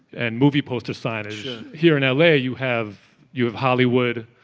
and movie poster signage here in ah la, you have you have hollywood.